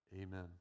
amen